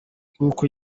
nk’uko